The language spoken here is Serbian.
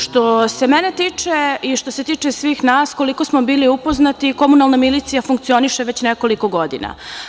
Što se mene tiče i što se tiče svih nas, koliko smo bili upoznati, komunalna milicija funkcioniše već nekoliko godina.